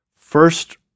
first